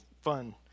fun